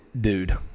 dude